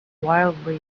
wildly